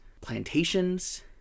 plantations